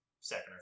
second